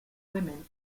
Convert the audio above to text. women